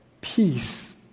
Peace